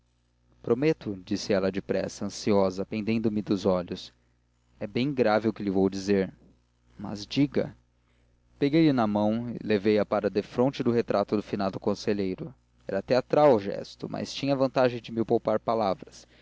quieta prometo disse ela depressa ansiosa pendendo me dos olhos é bem grave o que lhe vou dizer mas diga peguei-lhe na mão e levei a para defronte do retrato do finado conselheiro era teatral o gesto mas tinha a vantagem de me poupar palavras